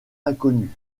inconnu